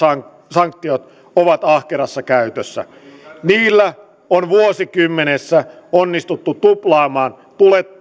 sanktiot ovat ahkerassa käytössä niillä on vuosikymmenessä onnistuttu tuplaamaan